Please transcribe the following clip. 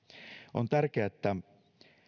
on tärkeää että